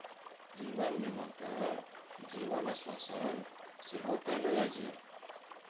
जीवन बीमा के जीवन आश्वासन सेहो कहलो जाय छै